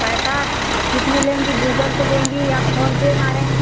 पैसा कितने लेंगी गूगल पे लेंगी या फोनपे मारें